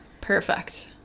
perfect